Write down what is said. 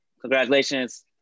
Congratulations